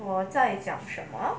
我在讲什么